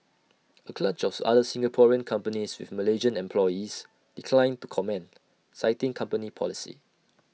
A clutch of other Singaporean companies with Malaysian employees declined to comment citing company policy